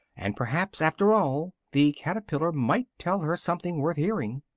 and perhaps after all the caterpillar might tell her something worth hearing.